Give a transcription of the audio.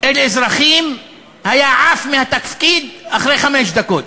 אל אזרחים היה עף מהתפקיד אחרי חמש דקות,